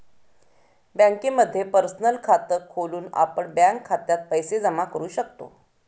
बँकेमध्ये पर्सनल खात खोलून आपण बँक खात्यात पैसे जमा करू शकतो